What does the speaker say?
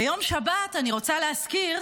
ביום שבת, אני רוצה להזכיר,